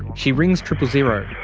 she rings triple zero.